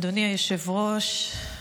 אדוני היושב-ראש,